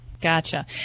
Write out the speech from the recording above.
Gotcha